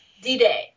D-Day